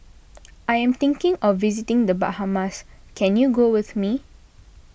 I am thinking of visiting the Bahamas can you go with me